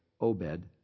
Obed